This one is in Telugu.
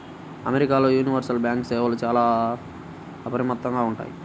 అమెరికాల యూనివర్సల్ బ్యాంకు సేవలు చాలా అపరిమితంగా ఉంటాయి